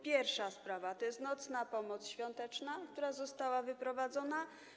Pierwsza rzecz to jest nocna pomoc świąteczna, która została wyprowadzona.